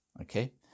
Okay